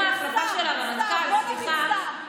בנאום ההחלפה של הרמטכ"ל, סליחה,